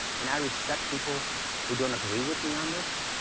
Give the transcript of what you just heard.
and i respect people who don't agree with me on this.